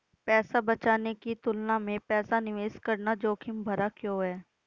पैसा बचाने की तुलना में पैसा निवेश करना जोखिम भरा क्यों है?